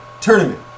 tournament